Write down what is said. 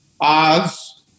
Oz